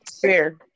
Fair